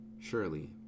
Surely